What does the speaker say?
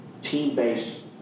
team-based